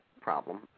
problem